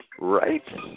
Right